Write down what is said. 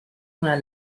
una